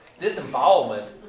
Disembowelment